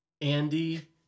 Andy